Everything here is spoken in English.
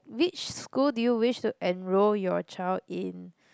which school do you wish to enrol your child in